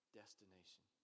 destination